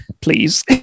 please